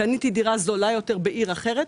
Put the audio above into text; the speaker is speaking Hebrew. קניתי דירה זולה יותר בעיר אחרת,